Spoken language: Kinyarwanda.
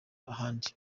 ahandi